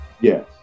Yes